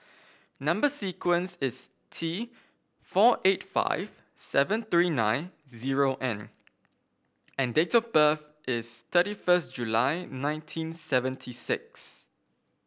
number sequence is T four eight five seven three nine zero N and date of birth is thirty first July nineteen seventy six